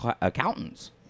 accountants